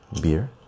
beer